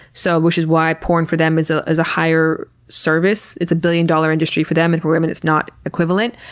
so which is why porn for them is ah is a higher service. it's a billion-dollar industry for them, and for women it's not equivalent.